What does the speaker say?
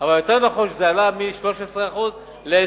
אבל יותר נכון שזה עלה מ-13% ל-20%.